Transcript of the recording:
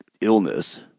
illness